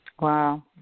Wow